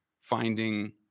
finding